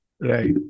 Right